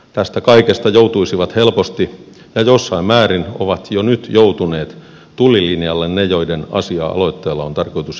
tästä kaikesta joutuisivat helposti ja jossain määrin ovat jo nyt joutuneet tulilinjalle ne joiden asiaa aloitteella on tarkoitus edistää